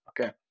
Okay